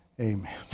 Amen